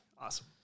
Awesome